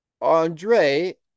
Andre